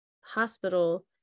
hospital